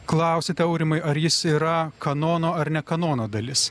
klausiate aurimai ar jis yra kanono ar ne kanono dalis